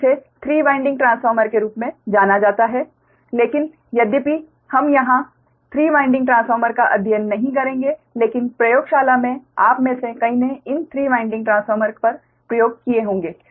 इसे 3 winding transformer के रूप में जाना जाता है लेकिन यद्यपि हम यहां 3 वाइंडिंग ट्रांसफार्मर का अध्ययन नहीं करेंगे लेकिन प्रयोगशाला में आप में से कई ने इन 3 वाइंडिंग ट्रांसफार्मर पर प्रयोग किए होंगे